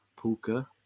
puka